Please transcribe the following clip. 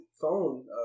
phone